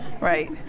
Right